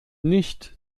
nicht